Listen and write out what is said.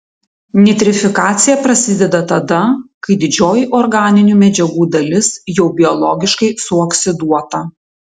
nitrifikacija prasideda tada kai didžioji organinių medžiagų dalis jau biologiškai suoksiduota